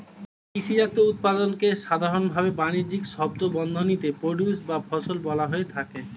কৃষিজাত উৎপাদনকে সাধারনভাবে বানিজ্যিক শব্দবন্ধনীতে প্রোডিউসর বা ফসল বলা হয়ে থাকে